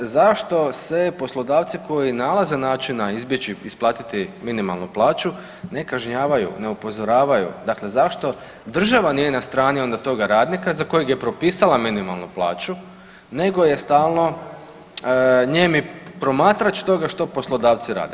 Zašto se poslodavci koji nalaze načina izbjeći isplatiti minimalnu plaću ne kažnjavaju, ne upozoravaju, dakle zašto država nije na strani onda toga radnika za kojega je propisala minimalnu plaću nego je stalno nijemi promatrač toga što poslodavci rade?